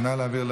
נא להעביר